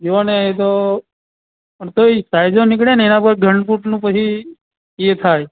જોવોને એ તો પણ તોય સાઇઝો નીકળે એના પર ઘનફૂટનું પછી એ થાય